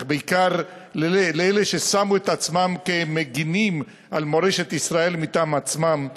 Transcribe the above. אך בעיקר לאלה ששמו את עצמם כמגינים על מורשת ישראל מטעם עצמם,